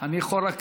אני יכול רק